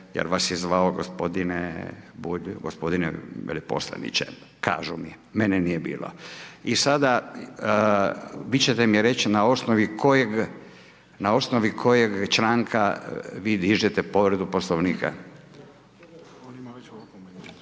gospodine Bulj gospodine veleposlaniče, kažu mi, mene nije bilo. I sada vi ćete mi reći na osnovi kojeg članka vi dižete povredu Poslovnika? **Bulj, Miro